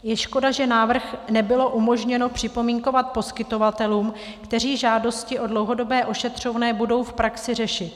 Je škoda, že návrh nebylo umožněno připomínkovat poskytovatelům, kteří žádosti o dlouhodobé ošetřovné budou v praxi řešit.